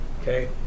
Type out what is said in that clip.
Okay